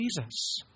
Jesus